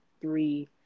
three